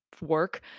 work